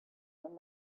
and